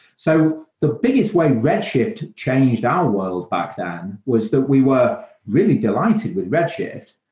so the biggest way red shift changed our world back then was that we were really delighted with red shift,